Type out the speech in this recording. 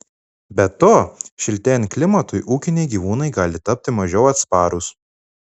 be to šiltėjant klimatui ūkiniai gyvūnai gali tapti mažiau atsparūs